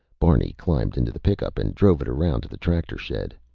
barney climbed into the pickup and drove it around to the tractor shed.